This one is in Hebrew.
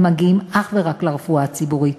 הם מגיעים אך ורק לרפואה הציבורית.